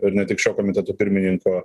ir ne tik šio komiteto pirmininko